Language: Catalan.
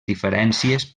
diferències